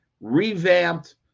revamped